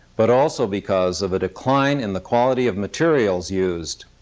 but also because of a decline in the quality of materials used.